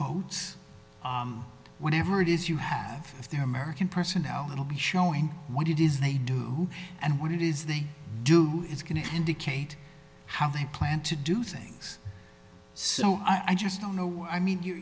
bodes whatever it is you have if there are american personnel it will be showing what it is they do and what it is they do is going to indicate how they plan to do things so i just don't know i mean your